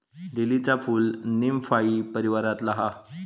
लीलीचा फूल नीमफाई परीवारातला हा